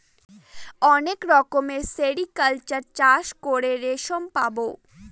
অনেক রকমের সেরিকালচার চাষ করে রেশম পাবো